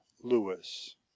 Lewis